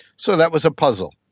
so that was a puzzle.